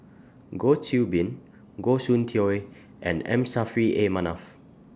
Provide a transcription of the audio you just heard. Goh Qiu Bin Goh Soon Tioe and M Saffri A Manaf